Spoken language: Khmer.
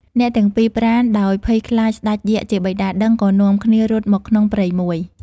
អ្នកទាំងពីរប្រាណ ដោយភ័យខ្លាចស្ដេចយក្ខជាបិតាដឹង ក៏នាំគ្នារត់មកក្នុងព្រៃមួយ។